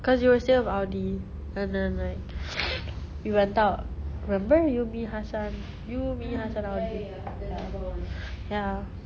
cause you were still with audi and then like we went out remember you me hassan you me hassan audi ya